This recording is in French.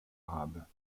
arabe